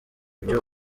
ibyo